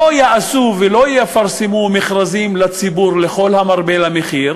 לא יעשו ולא יפרסמו מכרזים לציבור לכל המרבה במחיר,